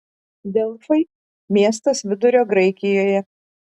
delfai miestas vidurio graikijoje